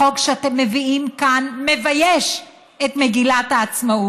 החוק שאתם מביאים כאן מבייש את מגילת העצמאות.